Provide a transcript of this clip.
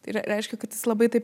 tai yra reiškia kad jis labai taip